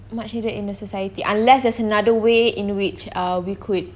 much needed in the society unless there's another way in which uh we could